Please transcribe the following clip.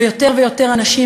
ויותר ויותר אנשים,